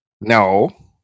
No